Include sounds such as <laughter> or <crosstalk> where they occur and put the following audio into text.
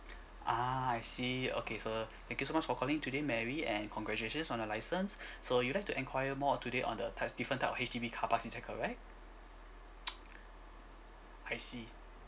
ah I see okay so thank you so much for calling today mary and congratulations on your license <breath> so you like to enquire more today on the types different type of H_D_B car parks is that correct <noise> I see